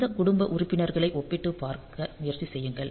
இந்த குடும்ப உறுப்பினர்களை ஒப்பிட்டுப் பார்க்க முயற்சி செய்யுங்கள்